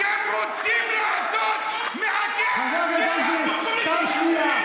אתם רוצים לעשות מהכאב שלנו פוליטיקה פנימית.